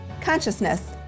consciousness